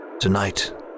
Tonight